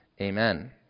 Amen